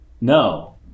No